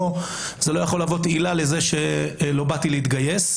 זה לא יכול להוות עילה לזה שלא באתי להתגייס.